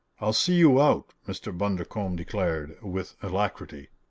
i'll see you out, mr. bundercombe declared with alacrity.